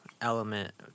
element